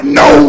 no